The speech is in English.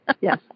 Yes